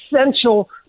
essential